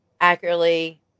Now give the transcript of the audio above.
accurately